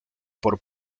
por